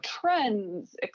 trends